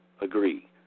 agree